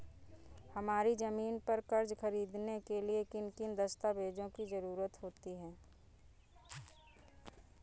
हमारी ज़मीन पर कर्ज ख़रीदने के लिए किन किन दस्तावेजों की जरूरत होती है?